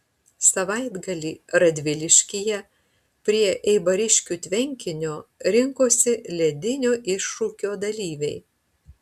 savaitgalį radviliškyje prie eibariškių tvenkinio rinkosi ledinio iššūkio dalyviai